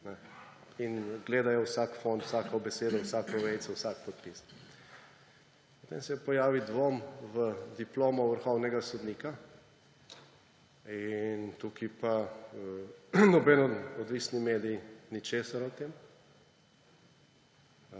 in gledajo vsak fon, vsako besedo, vsako vejico, vsak podpis. Potem se pojavi dvom v diplomo vrhovnega sodnika, tu pa noben odvisni medij ničesar o tem.